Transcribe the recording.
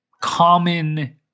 common